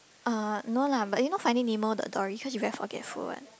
uh no lah but you know Finding Nemo the Dory cause she very forgetful what